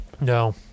No